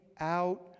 out